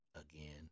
again